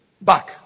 Back